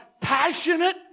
passionate